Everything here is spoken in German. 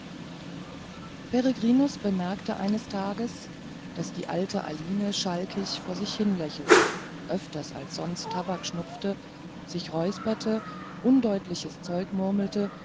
peregrinus bemerkte eines tages daß die alte aline schalkisch vor sich hinlächelte öfter als sonst tabak schnupfte sich räusperte undeutliches zeug murmelte